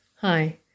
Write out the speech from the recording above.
Hi